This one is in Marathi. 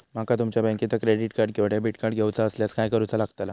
माका तुमच्या बँकेचा क्रेडिट कार्ड किंवा डेबिट कार्ड घेऊचा असल्यास काय करूचा लागताला?